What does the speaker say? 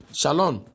Shalom